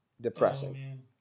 Depressing